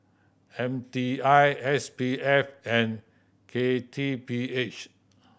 M T I S P F and K T P H